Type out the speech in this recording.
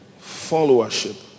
followership